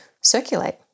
circulate